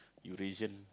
you reason